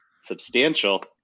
substantial